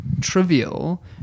trivial